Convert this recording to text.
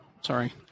Sorry